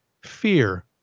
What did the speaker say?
fear